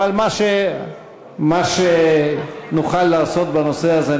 אבל מה שנוכל לעשות בנושא הזה,